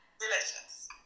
Delicious